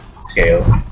scale